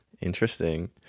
Interesting